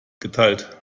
geteilt